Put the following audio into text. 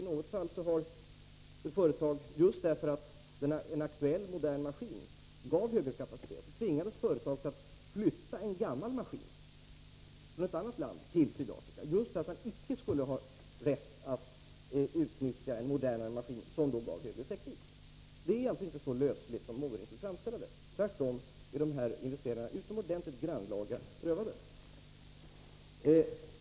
I ett fall tvingades ett företag, just därför att det var fråga om en modern maskin som möjliggjorde högre kapacitet, att flytta en gammal maskin från ett annat land till Sydafrika. Företaget tvingades göra detta just därför att man icke fick utnyttja en modernare maskin som gav högre teknik. Frågorna behandlas alltså inte så lösligt som Bertil Måbrink vill framställa det, utan tvärtom är Nr 28 investeringsansökningarna utomordentligt grannlaga prövade.